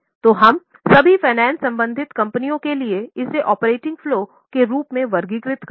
तो हम सभी फाइनेंस संबंधित कंपनियों के लिए इसे ऑपरेटिंग फलो के रूप में वर्गीकृत करेंगे